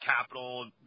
capital